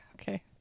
Okay